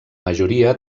majoria